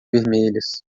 vermelhas